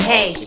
Hey